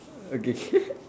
okay